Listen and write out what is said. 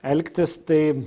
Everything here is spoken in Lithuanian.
elgtis tai